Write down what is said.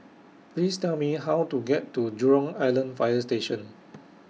Please Tell Me How to get to Jurong Island Fire Station